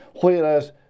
whereas